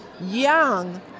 young